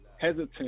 hesitant